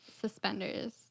suspenders